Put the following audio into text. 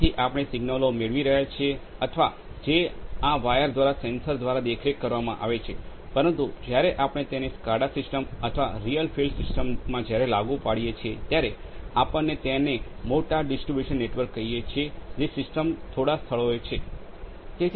જેથી આપણે સિગ્નલો મેળવી રહ્યા છીએ અથવા જે આ વાયર દ્વારા સેન્સર દ્વારા દેખરેખ કરવામાં આવે છે પરંતુ જ્યારે આપણે તેને સ્કાડા સિસ્ટમ્સ અથવા રીઅલ ફિલ્ડ સિસ્ટમ્સમાં જ્યારે લાગુ પાડીએ છીએ ત્યારે આપણે તેને મોટા ડિસ્ટ્રિબ્યુશન નેટવર્ક કહીએ છીએ જે સિસ્ટમ થોડા સ્થળોએ છે